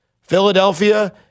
Philadelphia